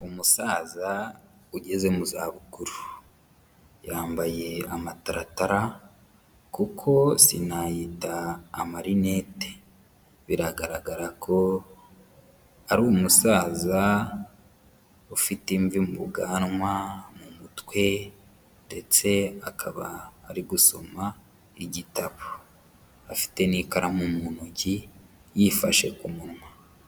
Umusaza ugeze mu zabukuru, yambaye amataratara kuko sinayita amarinete, biragaragara ko ari umusaza ufite imvi mu bwanwa, mu mutwe ndetse akaba ari gusoma igitabo, afite n'ikaramu mu ntoki yifashe ku munwa.